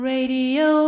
Radio